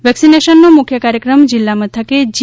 વેક્સિનેશનનો મુખ્ય કાર્યક્રમ જિલ્લા મથકે જી